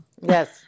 Yes